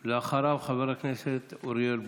אחריו, חבר הכנסת אוריאל בוסו.